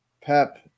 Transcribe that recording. Pep